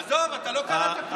אתה לא כתבת את החוק הזה.